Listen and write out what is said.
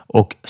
och